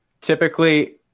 typically